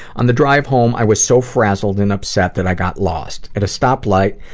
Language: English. on the drive home, i was so frazzled and upset that i got lost. at a stoplight,